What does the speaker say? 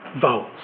vowels